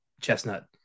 chestnut